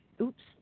Oops